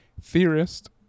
Theorist